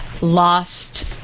lost